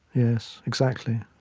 yes, exactly.